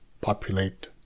populate